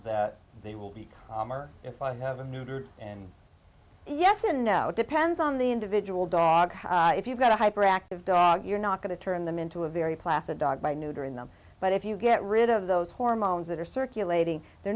they will be if i have a neutered and yes and no depends on the individual dog if you've got a hyperactive dog you're not going to turn them into a very placid dog by neutering them but if you get rid of those hormones that are circulating they're